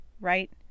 right